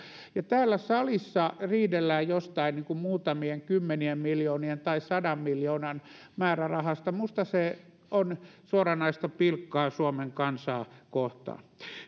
ja täällä salissa riidellään jostain muutamien kymmenien miljoonien tai sadan miljoonan määrärahasta minusta se on suoranaista pilkkaa suomen kansaa kohtaan